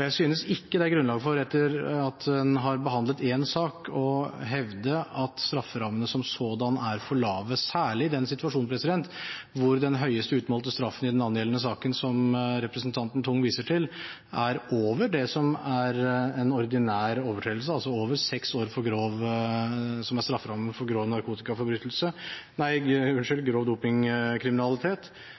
Jeg synes ikke det er grunnlag for etter at en har behandlet én sak, å hevde at strafferammene som sådanne er for lave, særlig i en situasjon hvor den høyeste utmålte straffen i den angjeldende saken som representanten Tung viser til, er over det som er en ordinær overtredelse, altså over seks år, som er strafferammen for grov dopingkriminalitet, fordi en er en del av en organisert kriminell gruppe. Strafferammen